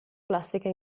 classica